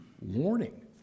warning